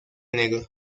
negro